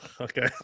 okay